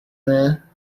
there